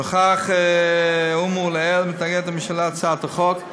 נוכח האמור לעיל, מתנגדת הממשלה להצעת החוק.